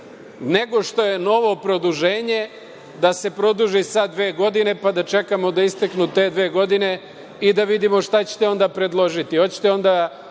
nego što je novo produženje, da se produži sad dve godine, pa da čekamo da isteknu te dve godine i da vidimo šta ćete onda predložiti.